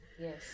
Yes